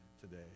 today